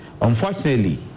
Unfortunately